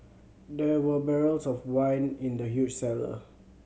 there were barrels of wine in the huge cellar